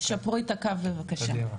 קדימה.